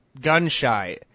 gun-shy